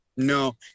No